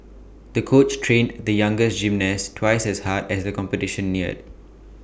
the coach trained the younger gymnast twice as hard as the competition neared